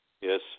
Yes